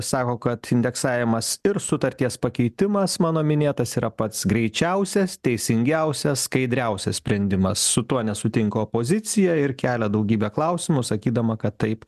sako kad indeksavimas ir sutarties pakeitimas mano minėtas yra pats greičiausias teisingiausias skaidriausias sprendimas su tuo nesutinka opozicija ir kelia daugybę klausimų sakydama kad taip